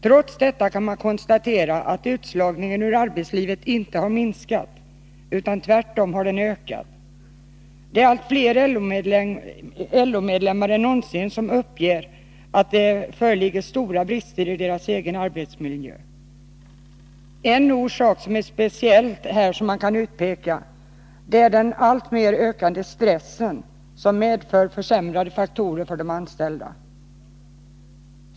Trots detta kan man konstatera att utslagningen ur arbetslivet inte minskat, utan tvärtom ökat. Fler LO-medlemmar än någonsin uppger att det föreligger stora brister i deras egen arbetsmiljö. En orsak som speciellt kan utpekas är den alltmer ökande stressen som medför försämrade faktorer för de anställda.